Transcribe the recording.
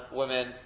women